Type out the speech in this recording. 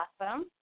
Awesome